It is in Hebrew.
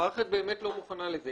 המערכת באמת לא מוכנה לזה.